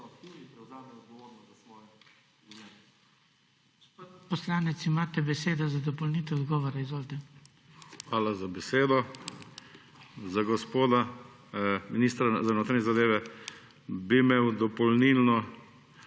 Hvala za besedo.